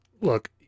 look